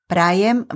Prajem